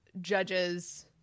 judges –